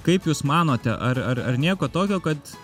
kaip jūs manote ar ar ar nieko tokio kad